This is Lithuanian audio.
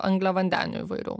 angliavandenių įvairių